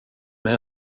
med